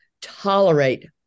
tolerate